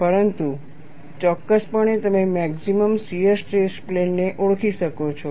પરંતુ ચોક્કસપણે તમે મેક્સિમમ શીયર સ્ટ્રેસ પ્લેન ને ઓળખી શકો છો